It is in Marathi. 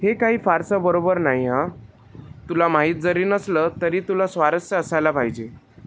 हे काही फारसं बरोबर नाही हां तुला माहीत जरी नसलं तरी तुला स्वारस्य असायला पाहिजे